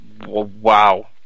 Wow